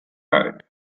card